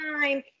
time